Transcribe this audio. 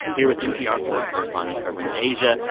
here with npr foreign correspondent covering asia,